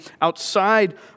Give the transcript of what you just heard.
outside